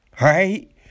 right